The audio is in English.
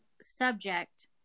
subject